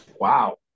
Wow